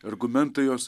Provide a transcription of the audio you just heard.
argumentai jos